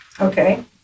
Okay